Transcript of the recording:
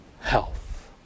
health